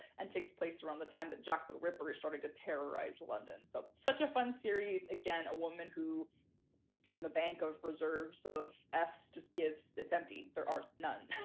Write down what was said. and takes place around the time that jack the ripper started to terrorize london. so such a fun series. again, a woman who in the bank of reserves of f's just gives, it's empty. there aren't none.